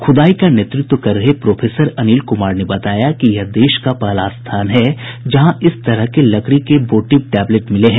खुदाई का नेतृत्व कर रह प्रोफेसर अनिल कुमार ने बताया कि यह देश का पहला स्थान है जहां इस तरह के लकड़ी वोटिव टैबलेट मिल रहे हैं